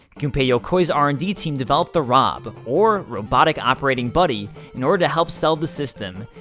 gunpei yokoi's r and d team developed the rob, or robotic operating buddy, in order to help sell the system.